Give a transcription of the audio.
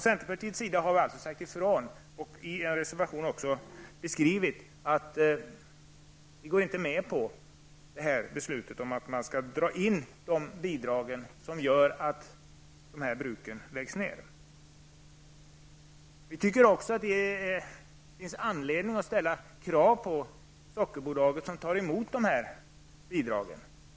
Centerpartiet har sagt ifrån och i en reservation beskrivit att vi inte går med på beslutet om att dra in de bidrag som gör att bruken läggs ner. Vi tycker att det finns anledning att ställa krav på Sockerbolaget som tar emot bidragen.